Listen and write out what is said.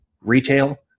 retail